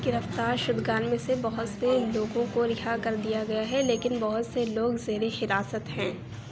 گرفتار شدگان میں سے بہت سے لوگوں کو رہا کر دیا گیا ہے لیکن بہت سے لوگ زیرِ حراست ہیں